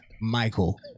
Michael